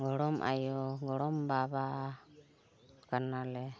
ᱜᱚᱲᱚᱢ ᱟᱭᱳ ᱜᱚᱲᱚᱢ ᱵᱟᱵᱟ ᱠᱟᱱᱟᱞᱮ